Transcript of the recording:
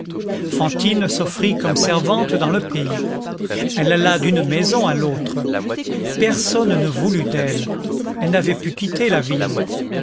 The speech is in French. fantine s'offrit comme servante dans le pays elle alla d'une maison à l'autre personne ne voulut d'elle elle n'avait pu quitter la ville